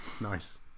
Nice